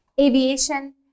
Aviation